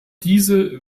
diese